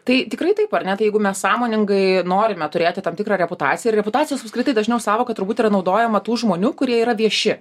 tai tikrai taip ar ne tai jeigu mes sąmoningai norime turėti tam tikrą reputaciją ir reputacijos apskritai dažniau sąvoka turbūt yra naudojama tų žmonių kurie yra vieši